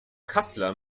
kassler